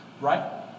right